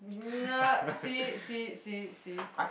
nerd see it see it see it see